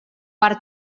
per